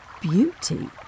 beauty